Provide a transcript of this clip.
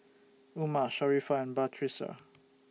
Umar Sharifah and Batrisya